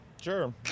sure